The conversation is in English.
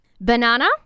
banana